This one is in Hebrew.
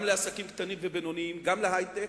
גם לעסקים קטנים ובינוניים, גם להיי-טק,